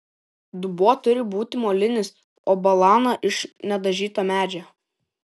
dubuo turi būti molinis o balana iš nedažyto medžio